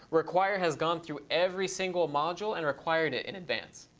require has gone through every single module and required it in advance.